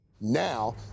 Now